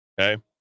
okay